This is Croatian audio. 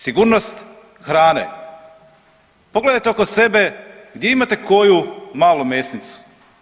Sigurnost hrane, pogledajte oko sebe gdje imate koju malu mesnicu?